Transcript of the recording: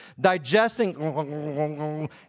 digesting